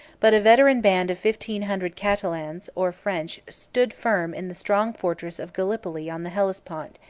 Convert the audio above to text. but a veteran band of fifteen hundred catalans, or french, stood firm in the strong fortress of gallipoli on the hellespont,